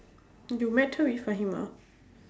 you met her with fahima